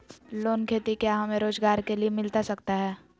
Loan खेती क्या हमें रोजगार के लिए मिलता सकता है?